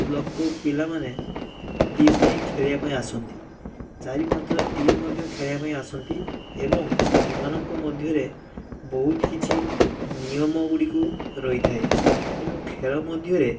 ଲୋକ ପିଲାମାନେ ଟିମ ନେଇ ଖେଳିବାପାଇଁ ଆସନ୍ତି ଚାରି ପାଞ୍ଚଟା ଟିମ ମଧ୍ୟ ଖେଳିବାପାଇଁ ଆସନ୍ତି ଏବଂ ସେମାନଙ୍କ ମଧ୍ୟରେ ବହୁତ କିଛି ନିୟମ ଗୁଡ଼ିକୁ ରହିଥାଏ ଏବଂ ଖେଳ ମଧ୍ୟରେ